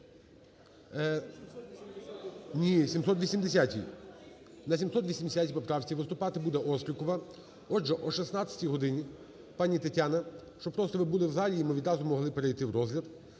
Ні, 780-й. На 780 поправці, виступати буде Острікова. Отже, о 16 годині, пані Тетяна, щоб просто ви були в залі, і ми відразу могли перейти в розгляд.